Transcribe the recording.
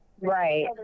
Right